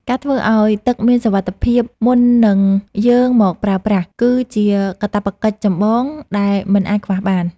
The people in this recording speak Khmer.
ការធ្វើឱ្យទឹកមានសុវត្ថិភាពមុននឹងយកមកប្រើប្រាស់ គឺជាកាតព្វកិច្ចចម្បងដែលមិនអាចខ្វះបាន។